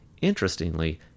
Interestingly